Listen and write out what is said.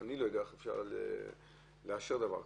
אני לא יודע איך אפשר לאשר דבר כזה.